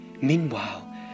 Meanwhile